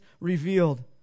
revealed